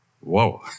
whoa